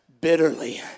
bitterly